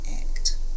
act